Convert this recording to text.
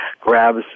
grabs